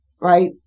right